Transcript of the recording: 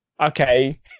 Okay